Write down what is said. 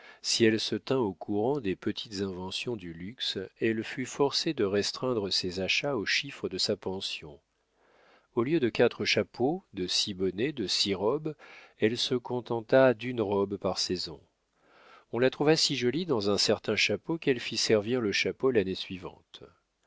si elle se tint au courant des petites inventions du luxe elle fut forcée de restreindre ses achats au chiffre de sa pension au lieu de quatre chapeaux de six bonnets de six robes elle se contenta d'une robe par saison on la trouva si jolie dans un certain chapeau qu'elle fit servir le chapeau l'année suivante